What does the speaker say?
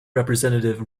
representative